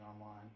online